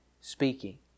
speaking